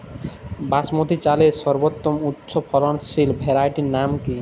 বাসমতী চালের সর্বোত্তম উচ্চ ফলনশীল ভ্যারাইটির নাম কি?